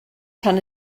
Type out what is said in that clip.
tan